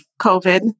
COVID